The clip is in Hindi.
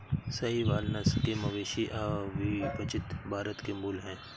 साहीवाल नस्ल के मवेशी अविभजित भारत के मूल हैं